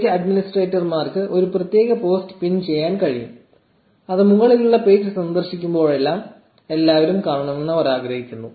page അഡ്മിനിസ്ട്രേറ്റർമാർക്ക് ഒരു പ്രത്യേക പോസ്റ്റ് പിൻ ചെയ്യാൻ കഴിയും അത് മുകളിലുള്ള പേജ് സന്ദർശിക്കുമ്പോഴെല്ലാം എല്ലാവരും കാണണമെന്ന് അവർ ആഗ്രഹിക്കുന്നു